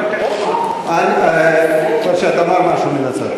בבקשה, תאמר משהו מן הצד.